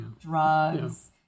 Drugs